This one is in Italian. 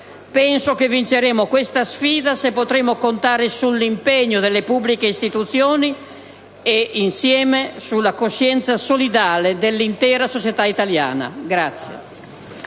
Penso che vinceremo questa sfida se potremo contare sull'impegno delle pubbliche istituzioni e, insieme, sulla coscienza solidale dell'intera società italiana.